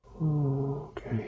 okay